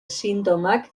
sintomak